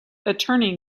attorney